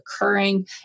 occurring